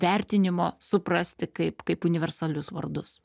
vertinimo suprasti kaip kaip universalius vardus